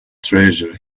treasure